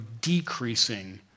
decreasing